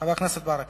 חבר הכנסת מוחמד ברכה.